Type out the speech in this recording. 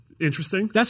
interesting